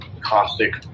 caustic